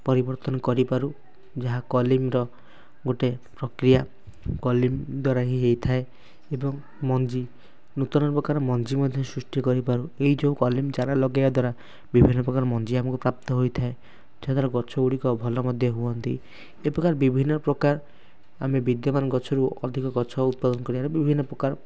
ପରିବର୍ତ୍ତନ କରିପାରୁ ଯାହା କଲମିର ଗୋଟେ ପ୍ରକ୍ରିୟା କଲମି ଦ୍ୱାରା ହିଁ ହୋଇଥାଏ ଏବଂ ମଞ୍ଜି ନୂତନ ପ୍ରକାର ମଞ୍ଜି ମଧ୍ୟ ସୃଷ୍ଟି କରିପାରୁ ଏଇ ଯେଉଁ କଲମି ଚାରା ଲଗେଇବା ଦ୍ୱାରା ବିଭିନ୍ନ ପ୍ରକାର ମଞ୍ଜି ଆମକୁ ପ୍ରାପ୍ତ ହୋଇଥାଏ ଯାହା ଦ୍ୱାରା ଗଛ ଗୁଡିକ ଭଲ ମଧ୍ୟ ହୁଅନ୍ତି ଏ ପ୍ରକାର ବିଭିନ୍ନ ପ୍ରକାର ଆମେ ବିଦ୍ୟମାନ ଗଛରୁ ଅଧିକ ଗଛ ଉତ୍ପାଦନ କରିବା ବିଭିନ୍ନ ପ୍ରକାର